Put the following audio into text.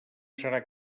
serà